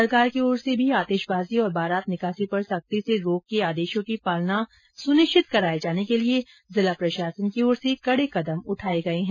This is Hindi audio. सरकार की ओर से भी आतिशबाजी और बारात निकासी पर सख्ती से रोक के आदेशों की पालना सुनिश्चित कराए जाने के लिए जिला प्रशासन की ओर से कड़े कदम उठाए गए हैं